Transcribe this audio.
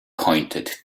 pointed